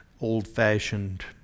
old-fashioned